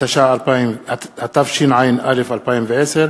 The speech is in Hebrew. התשע"א 2010,